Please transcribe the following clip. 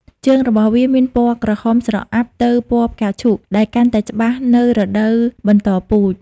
ជើងរបស់វាមានពណ៌ក្រហមស្រអាប់ទៅពណ៌ផ្កាឈូក ដែលកាន់តែច្បាស់នៅរដូវបន្តពូជ។